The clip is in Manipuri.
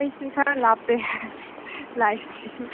ꯑꯩꯁꯤ ꯈꯔ ꯂꯥꯞꯄꯦ